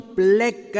black